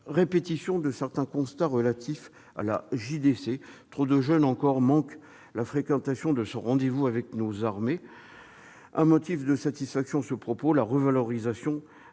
répétition de certains constats relatifs à la JDC. Trop de jeunes encore manquent à la fréquentation de ce rendez-vous avec nos armées. Un motif de satisfaction est à relever dans la revalorisation